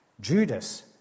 Judas